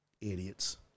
Idiots